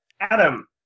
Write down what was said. Adam